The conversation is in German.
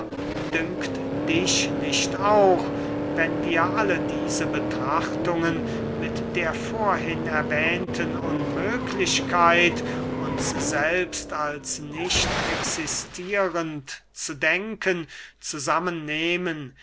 dünkt dich nicht auch wenn wir alle diese betrachtungen mit der vorhin erwähnten unmöglichkeit uns selbst als nicht existierend zu denken